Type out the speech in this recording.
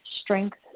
strength